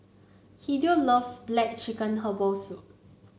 Hideo loves black chicken Herbal Soup